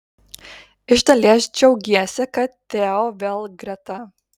iš dalies džiaugiesi kad teo vėl greta